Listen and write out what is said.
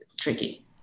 tricky